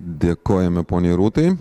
dėkojame poniai rūtai